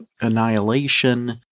annihilation